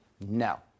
No